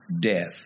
death